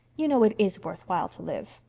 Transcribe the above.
you know it is worthwhile to live.